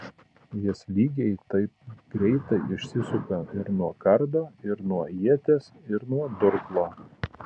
jis lygiai taip greitai išsisuka ir nuo kardo ir nuo ieties ir nuo durklo